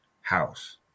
house